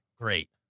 great